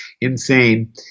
insane